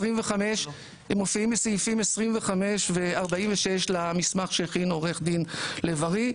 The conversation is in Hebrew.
25 ו- 46 למסמך שהכין עו"ד לב ארי,